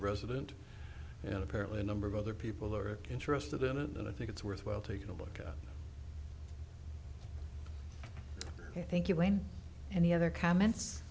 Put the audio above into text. resident and apparently a number of other people are interested in it and i think it's worthwhile taking a look at the thank you and any other comments